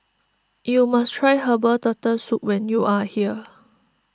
you must try Herbal Turtle Soup when you are here